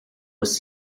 was